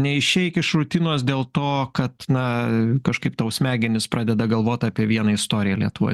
neišeik iš rutinos dėl to kad na kažkaip tau smegenys pradeda galvot apie vieną istoriją lietuvoj